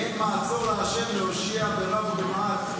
כי אין מעצור לה' להושיע ברב או במעט.